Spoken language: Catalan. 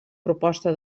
proposta